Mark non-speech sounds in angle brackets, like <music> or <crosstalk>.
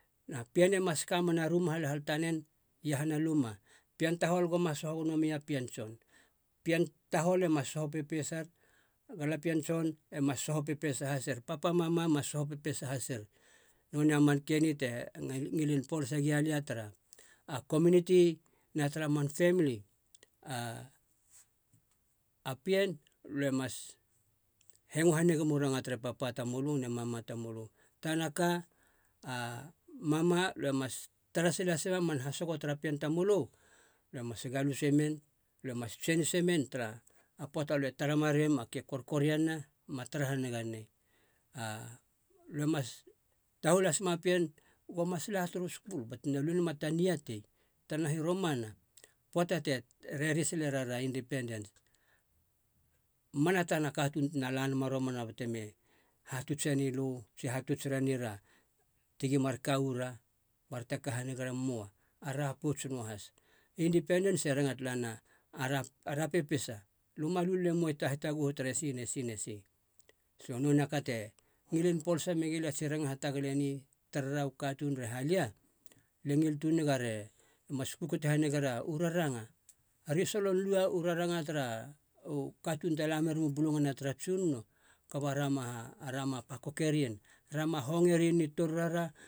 Na pien e mas ka mena room halhal tanen iahana luma, pien tahol goma soho gono mei a pien tson. Pien tahol e mas soho pepesar a galapien tson e mas soho pepesa haser. Papa mama mas soho pepesa hasir. Nonei a manke ni te ngilin polase gialia tara a komuniti na tara man femli. A- a pien, lö e mas hengo hanigem u ranga tere papa tamölö ne mama tamölö. Tana ka <hesitation> a mama, alöe mas tara sil hasema man hasogo tara pien tamölö alö mas galusemen, lö mas genisemen tara a pöata alö e tara maruem a ke korkoriana ma tara haniga nei. A löe mas tahul hasem a pien go mas la turu skul bate na luenama ta niatei. Taranaha i romana pöata te e reri silerara indipendent mana tana katuun tena la nama romana bate mi hatutse nilö tsie hatuts ra neira tigi markaura bara te ka hanigar emoa, ara pouts noahas. Indipendens e ranga tala nena, ara- ara pepesa, lö malu lele moi ta hitaguhu tere si ne si ne si, so nonei a ka te ngilin polasa me gilia tsi rangan hatagala eni, tarara u katunun ri halia, lia ngil tunega are mas kukute hanigera u raranga. Are solon lua u raranga tara u katuun te la meru bulungana tara tsunono, kaba ra ma- ara ma paköke rien rama hongerien i tori rara